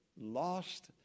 lost